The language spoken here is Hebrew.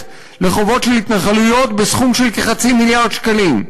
לחובות של התנחלויות בסכום של כחצי מיליארד שקלים.